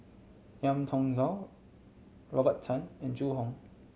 Ngiam Tong Dow Robert Tan and Zhu Hong